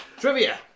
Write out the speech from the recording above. trivia